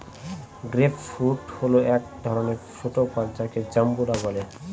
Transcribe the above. grape fruit হল এক ধরনের ছোট ফল যাকে জাম্বুরা বলে